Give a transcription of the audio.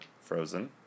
Frozen